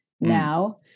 now